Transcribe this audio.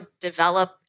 develop